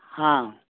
ꯍꯥ